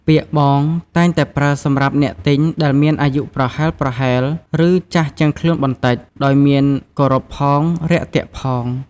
ពាក្យ “បង” តែងតែប្រើសម្រាប់អ្នកទិញដែលមានអាយុប្រហែលៗ ឬចាស់ជាងខ្លួនបន្តិច ដោយមានគោរពផង រាក់ទាក់ផង។